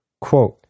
Quote